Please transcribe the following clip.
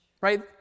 Right